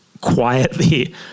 quietly